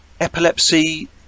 epilepsy